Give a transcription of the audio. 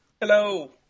Hello